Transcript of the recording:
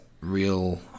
real